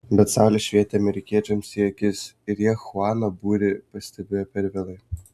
bet saulė švietė amerikiečiams į akis ir jie chuano būrį pastebėjo per vėlai